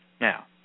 Now